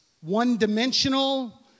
one-dimensional